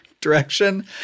direction